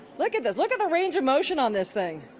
look at this. look at the range of motion on this thing.